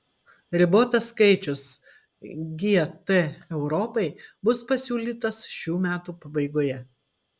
ribotas skaičius gt europai bus pasiūlytas šių metų pabaigoje